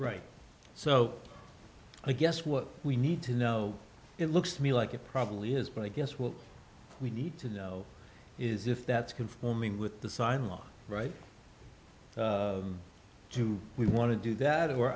right so i guess what we need to know it looks to me like it probably is but i guess what we need to know is if that's conforming with the silo right do we want to do that or